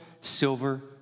silver